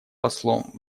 послом